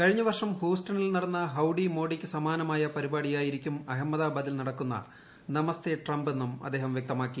കഴിഞ്ഞ വർഷം ഹൂസ്റ്റണിൽ നടന്ന ഹൌഡിമോഡിക്ക് സമാനമായ പരിപാടിയായിരിക്കും അഹമ്മദാബാദിൽ നടക്കുന്ന നമസ്തേട്രംപ് എന്നും അദ്ദേഹം വ്യക്തമാക്കി